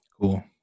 Cool